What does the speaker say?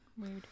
Weird